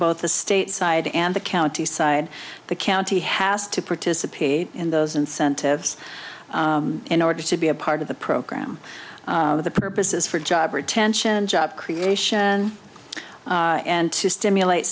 both the state side and the county side the county has to participate in those incentives in order to be a part of the program for the purposes for job retention job creation and to stimulate